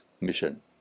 mission